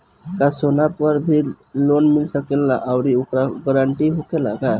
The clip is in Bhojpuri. का सोना पर भी लोन मिल सकेला आउरी ओकर गारेंटी होखेला का?